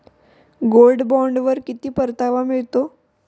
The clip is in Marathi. गोल्ड बॉण्डवर किती परतावा मिळतो?